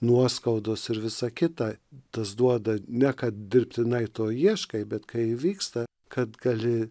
nuoskaudos ir visa kita tas duoda ne kad dirbtinai to ieškai bet kai įvyksta kad gali